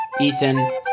Ethan